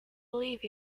believe